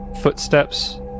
footsteps